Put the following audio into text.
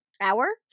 hour